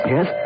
Yes